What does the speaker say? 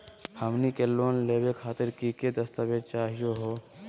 हमनी के लोन लेवे खातीर की की दस्तावेज चाहीयो हो?